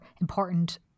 important